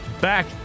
Back